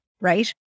right